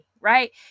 right